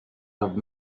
have